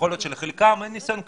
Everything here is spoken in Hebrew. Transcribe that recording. ויכול להיות שלחלקם אין ניסיון קליני.